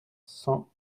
cent